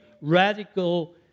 radical